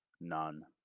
none